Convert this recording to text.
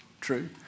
True